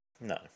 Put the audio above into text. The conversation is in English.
No